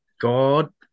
god